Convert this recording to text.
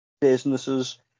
businesses